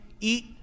eat